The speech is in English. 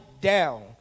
down